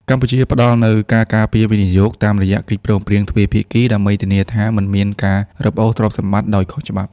កម្ពុជាផ្ដល់នូវ "ការការពារវិនិយោគ" តាមរយៈកិច្ចព្រមព្រៀងទ្វេភាគី ដើម្បីធានាថាមិនមានការរឹបអូសទ្រព្យសម្បត្តិដោយខុសច្បាប់។